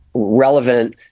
relevant